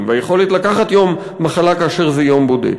והיכולת לקחת יום מחלה כאשר זה יום בודד,